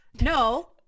no